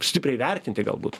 stipriai vertinti galbūt